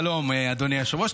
שלום, אדוני היושב-ראש.